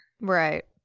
Right